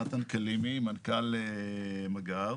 נתן קלימי, מנכ"ל מגע"ר.